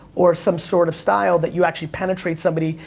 or some sort of style, that you actually penetrate somebody.